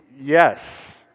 yes